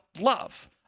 love